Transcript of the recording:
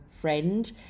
friend